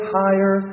higher